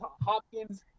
Hopkins